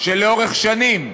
שלאורך שנים,